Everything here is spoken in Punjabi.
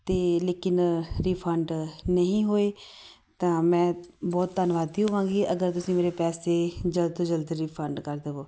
ਅਤੇ ਲੇਕਿਨ ਰਿਫੰਡ ਨਹੀਂ ਹੋਏ ਤਾਂ ਮੈਂ ਬਹੁਤ ਧੰਨਵਾਦੀ ਹੋਵਾਂਗੀ ਅਗਰ ਤੁਸੀਂ ਮੇਰੇ ਪੈਸੇ ਜਲਦ ਤੋਂ ਜਲਦ ਰਿਫੰਡ ਕਰ ਦਵੋ